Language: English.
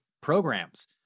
programs